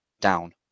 down